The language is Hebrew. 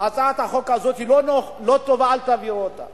הצעת החוק הזאת היא לא טובה, אל תביאו אותה.